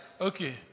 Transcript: Okay